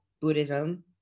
Buddhism